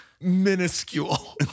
minuscule